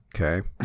okay